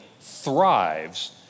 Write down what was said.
thrives